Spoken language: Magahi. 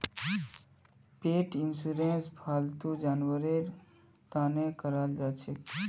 पेट इंशुरंस फालतू जानवरेर तने कराल जाछेक